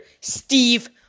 Steve